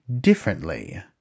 differently